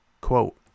Quote